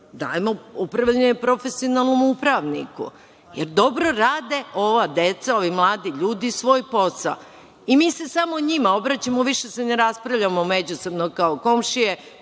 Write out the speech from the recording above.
dajemo upravljanje profesionalnom upravniku, jer dobro rade ova deca, ovi mladi ljudi, svoj posao. Mi se samo njima obraćamo. Više se ne raspravljamo međusobno kao komšije